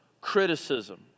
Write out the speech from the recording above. criticism